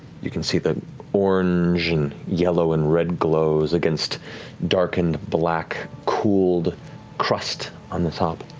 you can see the orange and yellow and red glows against darkened black cooled crust on the top